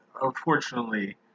unfortunately